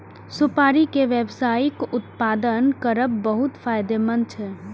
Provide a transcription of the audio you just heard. सुपारी के व्यावसायिक उत्पादन करब बहुत फायदेमंद छै